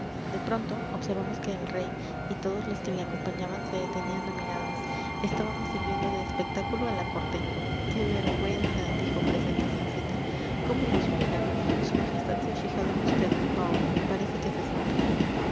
de pronto observamos que el rey y todos los que le acompañaban se detenían a mirarnos estábamos sirviendo de espectáculo a la corte qué vergüenza dijo presentacioncita cómo nos miran su majestad se ha fijado en vd pipaón parece que se sonríe